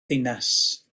ddinas